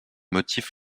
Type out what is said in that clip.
motif